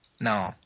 No